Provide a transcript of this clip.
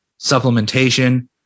supplementation